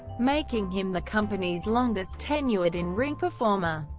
making him the company's longest tenured in-ring performer.